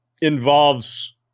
involves